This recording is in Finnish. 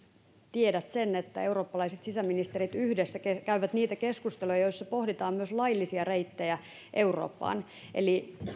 tiedät sen että eurooppalaiset sisäministerit yhdessä käyvät niitä keskusteluja joissa pohditaan myös laillisia reittejä eurooppaan eli